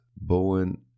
Bowen